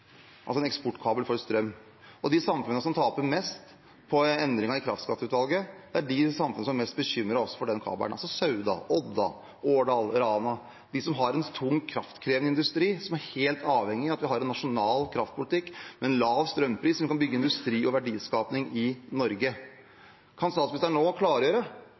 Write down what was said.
altså en eksportkabel for strøm. De samfunnene som taper mest på endringene i forbindelse med kraftskatteutvalget, er de samfunnene som er mest bekymret også for den kabelen, altså Sauda, Odda, Årdal, Rana – de som har en tung, kraftkrevende industri som er helt avhengig av at vi har en nasjonal kraftpolitikk med en lav strømpris, slik at vi kan bygge industri og verdiskaping i Norge. Kan statsministeren nå klargjøre